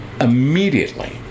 Immediately